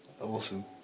Awesome